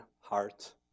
heart